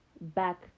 back